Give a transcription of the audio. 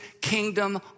kingdom